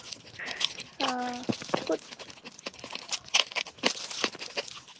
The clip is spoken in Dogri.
हां कु